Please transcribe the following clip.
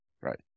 Right